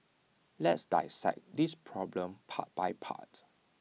let's dissect this problem part by part